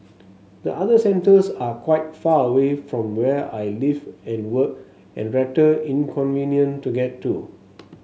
the other centres are quite far away from where I live and work and rather inconvenient to get to